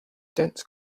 dense